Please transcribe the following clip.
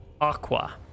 Aqua